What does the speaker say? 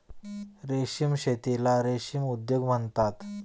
रेशीम शेतीला रेशीम उद्योग म्हणतात